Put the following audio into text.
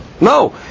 No